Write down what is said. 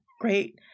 great